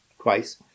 Twice